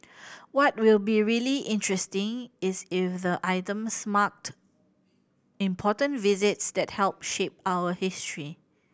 what will be really interesting is if the items marked important visits that helped shape our history